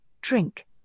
drink